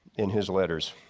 in his letters.